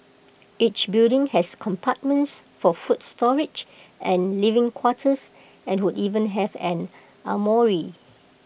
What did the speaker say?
each building has compartments for food storage and living quarters and would even have an armoury